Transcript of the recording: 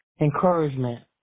encouragement